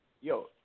yo